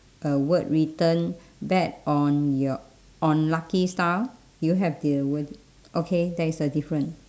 a word written bet on your on lucky star do you have the wordi~ okay there is a difference